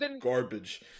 garbage